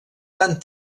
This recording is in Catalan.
tan